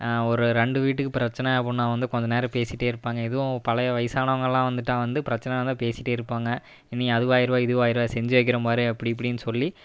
ஒரு ரெண்டு வீட்டுக்கு பிரிச்சனை அப்படினா வந்து கொஞ்ச நேரம் பேசிகிட்டே இருப்பாங்க எதுவும் பழைய வயசானவங்கள்னா வந்துவிட்டா வந்து பிரச்சனைனா பேசிக்கிட்டே இருப்பாங்க நீ ஆதுவாயிடுவ இதுவாயிடுவ செஞ்சு வைக்குறன் பார் அப்படி இப்படி சொல்லி